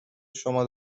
شما